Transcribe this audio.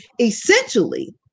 Essentially